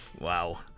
Wow